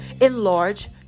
enlarge